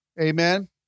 Amen